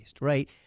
right